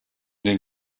den